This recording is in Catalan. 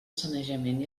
sanejament